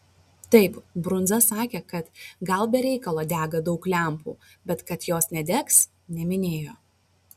taip brundza sakė kad gal be reikalo dega daug lempų bet kad jos nedegs neminėjo